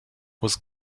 was